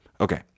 Okay